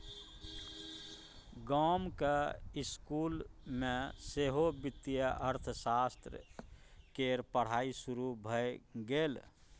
गामक इसकुल मे सेहो वित्तीय अर्थशास्त्र केर पढ़ाई शुरू भए गेल